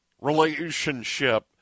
relationship